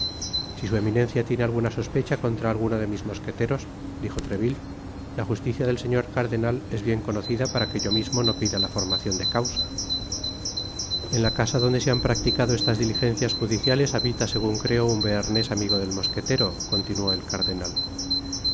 si su eminencia tiene alguna sospecha contra alguno de mis mosqueteros dijo treville la justicia del señor cardenal es bien conocida para que yo mismo no pida la formacion de causa en la casa donde se han practicado estas diligencias judiciales habita segun creo un bearnés amigo del mosquetero continuó el cardenal